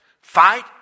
fight